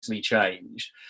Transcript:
changed